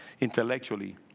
Intellectually